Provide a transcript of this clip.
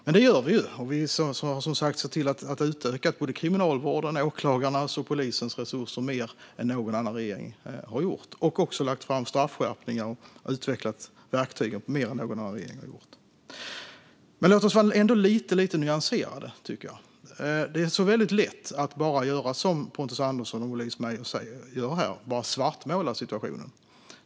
Men det gör vi. Vi har som sagt sett till att utöka både Kriminalvårdens, åklagarnas och polisens resurser mer än någon annan regering har gjort. Vi har också lagt fram förslag om straffskärpningar och utvecklat verktygen mer än någon annan regering har gjort. Men låt oss ändå vara lite nyanserade. Det är väldigt lätt att göra som Pontus Andersson och Louise Meijer gör här - bara svartmåla situationen.